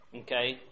Okay